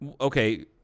Okay